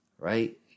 Right